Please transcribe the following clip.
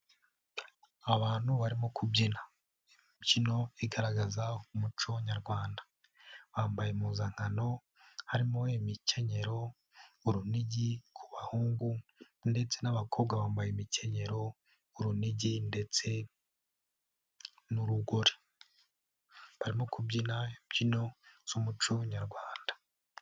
Abantu barimo kubyina imbyino igaragaza umuco nyarwanda bambaye impuzankano harimo imikenyero, urunigi ku bahungu ndetse n'abakobwa bambaye imikenyero, urunigi ndetse n'urugori, barimo kubyina imbyino z'umuco nyarwanda.